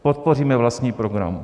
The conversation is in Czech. Podpoříme vlastní program.